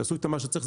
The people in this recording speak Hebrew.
יעשו איתה מה שצריך,